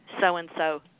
so-and-so